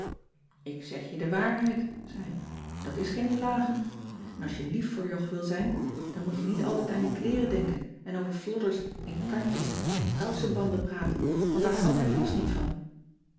ik zeg je de waarheid zei ik dat is geen plagen en als je lief voor jog wilt zijn dan moet je niet altijd aan je kleeren denken en over flodders en kantjes en kousebanden praten want daar houdt hij vast niet van